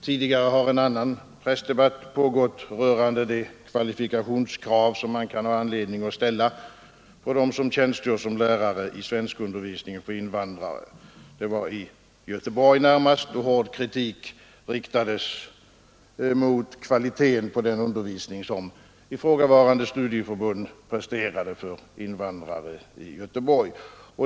Tidigare har en annan pressdebatt pågått rörande de kvalifikationskrav som man kan ha anledning att ställa på dem som tjänstgör som lärare i svenskundervisningen för invandrare. Det var i Göteborg som hård kritik riktades mot kvaliteten på den undervisning som ifrågavarande studieförbund presterade för invandrare i Göteborg.